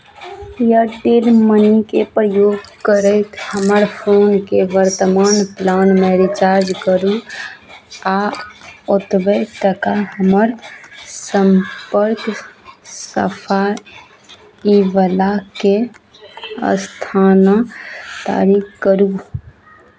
Airtel मनीके प्रयोग करैत हमर फोनकेँ वर्तमान प्लानमे रिचार्ज करू आ ओतबे टाका हमर सम्पर्क सफाइवलाके स्थानान्तरित करू